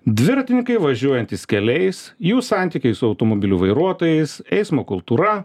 dviratininkai važiuojantys keliais jų santykiai su automobilių vairuotojais eismo kultūra